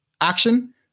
action